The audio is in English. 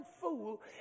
fool